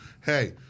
Hey